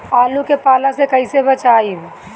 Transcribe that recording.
आलु के पाला से कईसे बचाईब?